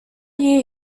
year